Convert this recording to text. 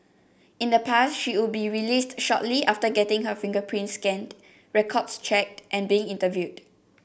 in the past she would be released shortly after getting her fingerprints scanned records checked and being interviewed